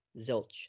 Zilch